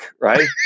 right